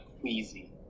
queasy